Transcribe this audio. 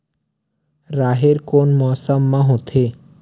राहेर कोन मौसम मा होथे?